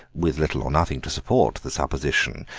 with little or nothing to support the supposition,